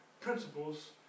principles